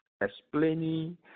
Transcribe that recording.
explaining